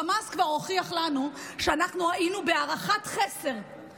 חמאס כבר הוכיח לנו שאנחנו היינו בהערכת חסר,